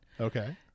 Okay